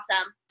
awesome